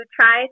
try